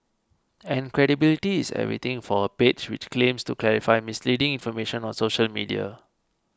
and credibility is everything for a page which claims to clarify misleading information on social media